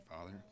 Father